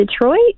Detroit